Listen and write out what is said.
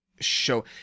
show